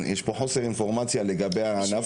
יש פה חוסר אינפורמציה לגבי הענף --- בשביל